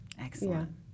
Excellent